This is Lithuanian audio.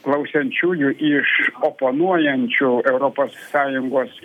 klausiančiųjų iš oponuojančių europos sąjungos